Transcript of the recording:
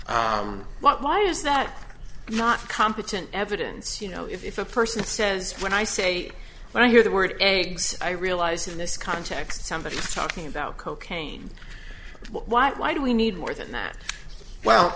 informant why is that not competent evidence you know if a person says when i say when i hear the word eggs i realize in this context somebody's talking about cocaine why why do we need more than that well